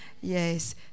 yes